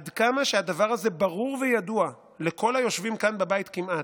עד כמה שהדבר הזה ברור וידוע לכל היושבים כאן בבית כמעט,